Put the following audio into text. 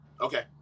Okay